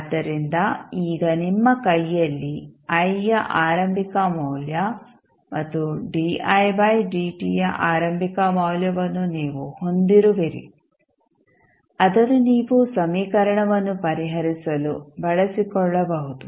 ಆದ್ದರಿಂದ ಈಗ ನಿಮ್ಮ ಕೈಯಲ್ಲಿ I ಯ ಆರಂಭಿಕ ಮೌಲ್ಯ ಮತ್ತು di ಬೈ dt ಯ ಆರಂಭಿಕ ಮೌಲ್ಯವನ್ನು ನೀವು ಹೊಂದಿರುವಿರಿ ಅದನ್ನು ನೀವು ಸಮೀಕರಣವನ್ನು ಪರಿಹರಿಸಲು ಬಳಸಿಕೊಳ್ಳಬಹುದು